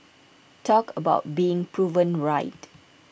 talk about being proven right